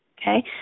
Okay